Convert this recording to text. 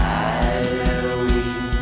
Halloween